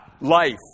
life